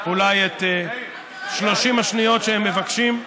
אולי, את 30 השניות שהם מבקשים.